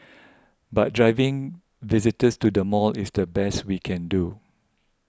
but driving visitors to the mall is the best we can do